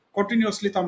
Continuously